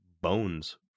bones